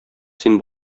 син